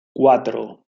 cuatro